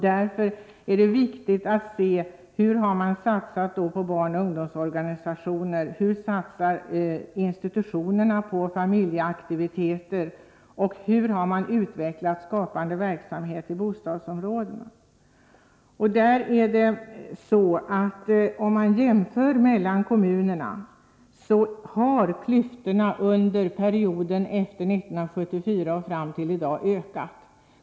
Därför är det viktigt att se hur man har satsat på barnoch ungdomsorganisationer, hur institutionerna satsar på familjeaktiviteter och hur man har utvecklat skapande verksamhet i bostadsområdena. Vid en jämförelse mellan kommunerna finner man att klyftorna har ökat under en period som börjar efter 1974 och sträcker sig fram till i dag.